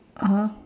(uh huh)